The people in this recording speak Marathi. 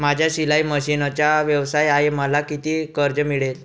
माझा शिलाई मशिनचा व्यवसाय आहे मला किती कर्ज मिळेल?